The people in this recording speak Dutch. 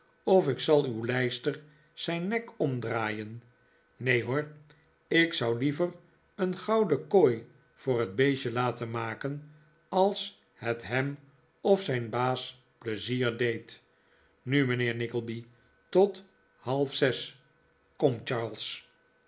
of ik zal uw lijster zijn nek omdraaien neen hoor ik zou liever een gouden kooi voor het beestje laten maken als het hem of zijn baas pleizier deed nu mijnheer nickleby tot half zes kom